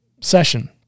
session